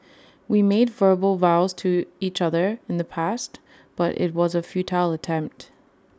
we made verbal vows to each other in the past but IT was A futile attempt